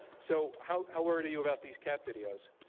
so how how worried are you about these cat videos?